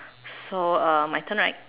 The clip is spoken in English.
so my turn right